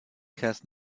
has